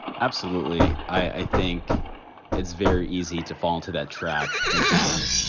absolutely. i think it's very easy to fall into that trap thinking,